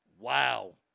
Wow